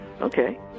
Okay